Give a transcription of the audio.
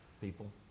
people